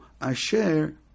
asher